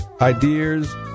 ideas